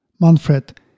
Manfred